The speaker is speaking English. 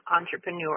entrepreneur